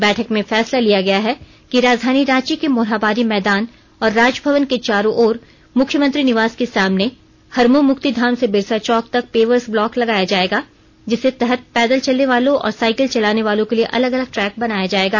बैठक में फैसला लिया गया है कि राजधानी रांची के मोरहाबादी मैदान और राजभवन के चारो ओर मुख्यमंत्री निवास के सामने हरमू मुक्तिधाम से बिरसा चौक तक पेवर्स ब्लॉक लगाया जायेगा जिसके तहत पैदल चलने वालों और साईकिल चलाने वालों के लिए अलग अलग ट्र क बनाया जायेगा